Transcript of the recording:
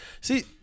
see